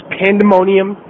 pandemonium